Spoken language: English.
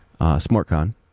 SmartCon